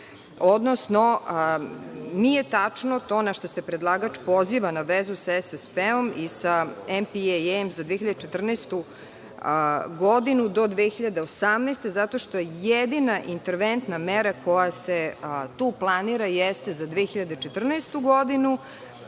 odnosno nije tačno to na šta se predlagač poziva, na vezu sa SSP i sa NPN za 2014. godinu do 2018. godine zato što je jedina interventna mera koja se tu planira jeste za 2014. godinu,